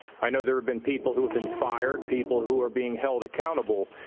i know there have been people who have been fired people who are being held accountable.